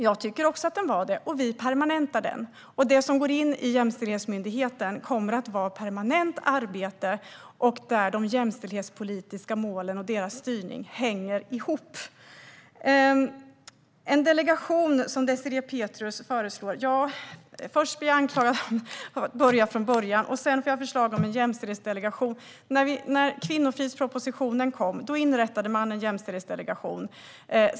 Jag tycker också att den är viktig, och vi gör den permanent. Och det som går in i jämställdhetsmyndigheten kommer att vara ett permanent arbete, och de jämställdhetspolitiska målen och deras styrning hänger där ihop. Désirée Pethrus föreslår en delegation. Först blir jag anklagad för att börja från början, sedan får jag förslag om en jämställdhetsdelegation. När kvinnofridspropositionen kom inrättades en jämställdhetsdelegation.